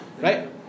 right